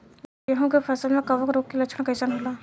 गेहूं के फसल में कवक रोग के लक्षण कइसन होला?